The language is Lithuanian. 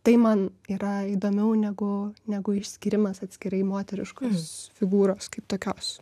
tai man yra įdomiau negu negu išskyrimas atskirai moteriškos figūros kaip tokios